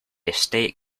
estate